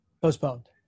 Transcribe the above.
postponed